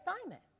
assignment